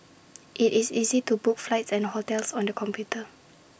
IT is easy to book flights and hotels on the computer